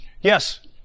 yes